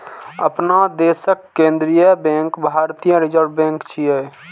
अपना देशक केंद्रीय बैंक भारतीय रिजर्व बैंक छियै